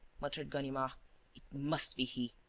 muttered ganimard. it must be he.